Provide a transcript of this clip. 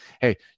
Hey